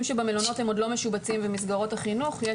שבמלונות עוד לא משובצים במסגרות החינוך.